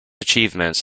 achievements